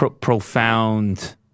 profound